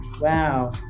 wow